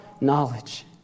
knowledge